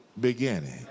beginning